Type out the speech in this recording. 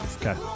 Okay